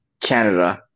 Canada